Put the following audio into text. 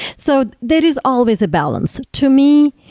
so there is always a balance. to me,